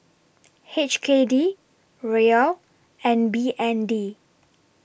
H K D Riel and B N D